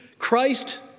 Christ